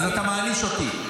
אז אתה מעניש אותי.